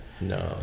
No